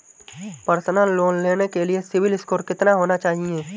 Personal loan लेने के लिए सिबिल स्कोर कितना होना चाहिए?